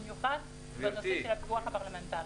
ובמיוחד בנושא הפיקוח הפרלמנטרי.